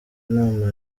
imana